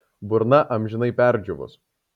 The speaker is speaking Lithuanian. burna amžinai perdžiūvus